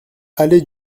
allées